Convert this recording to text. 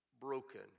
broken